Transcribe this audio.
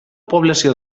població